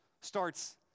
starts